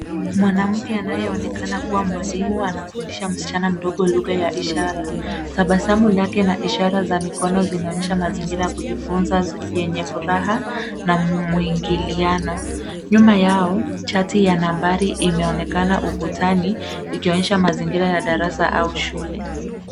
Mwanamke anayeonekana kuwa mwalimu anamfundisha msichana mdogo lugha ya ishara. Tabasamu lake na ishara za mikono zinaonyesha mazingira ya kujifunza yenye furaha na mwingiliano. Nyuma yao, chati ya nambari inaonekana ukutani ikionyesha mazingira ya darasa au shule.